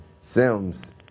Sims